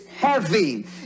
Heavy